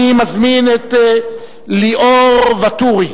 אני מזמין אל ליאור וטורי